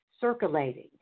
circulating